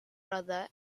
brother